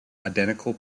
identical